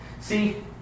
See